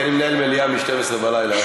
כי אני מנהל מליאה מ-12:00 בלילה,